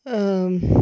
हां